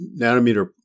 nanometer